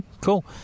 cool